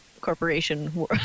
corporation